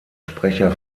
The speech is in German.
sprecher